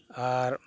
ᱟᱨ